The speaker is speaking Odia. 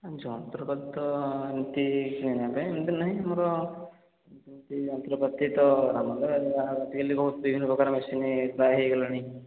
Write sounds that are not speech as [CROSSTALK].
ଯନ୍ତ୍ରପାତି ତ ଏମିତି କିଣିବା ପାଇଁ [UNINTELLIGIBLE] ମୋର ଯନ୍ତ୍ରପାତି ତ ଆମର [UNINTELLIGIBLE] ବିଭିନ୍ନ ପ୍ରକାର ମେସିନ୍ ପ୍ରାୟ ହେଇଗଲାଣି